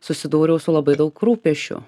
susidūriau su labai daug rūpesčių